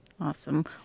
Awesome